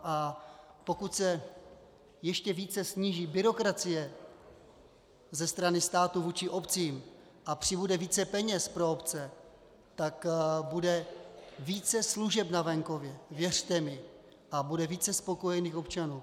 A pokud se ještě více sníží byrokracie ze strany státu vůči obcím a přibude více peněz pro obce, bude více služeb na venkově, věřte mi, a bude více spokojených občanů.